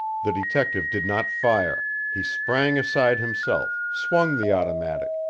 the detective did not fire. he sprang aside himself, swung the automatic,